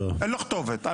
אין לו כתובת.